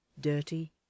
dirty